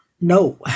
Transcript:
no